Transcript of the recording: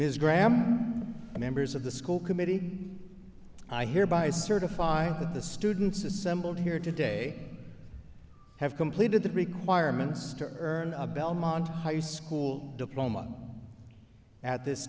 ms graham members of the school committee i hereby certify that the students assembled here today have completed the requirements to earn a belmont high school diploma at this